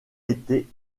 été